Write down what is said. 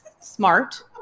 Smart